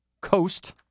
Coast